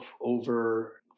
over